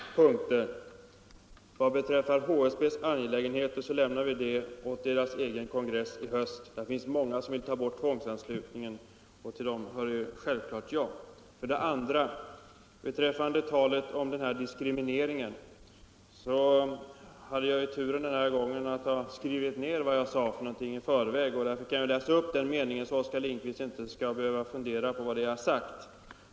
Herr talman! Jag vill ta upp två punkter. Vad det för det första beträffar HSB:s angelägenheter lämnar vi dem åt HSB:s egen kongress i höst. Det finns många som vill ta bort tvångsanslutningen, och till dem hör självfallet jag. När det för det andra gäller talet om diskriminering hade jag den här gången turen att ha skrivit ned i förväg vad jag skulle säga. Därför kan jag läsa upp den meningen, så att Oskar Lindkvist inte skall behöva fundera på vad jag har sagt.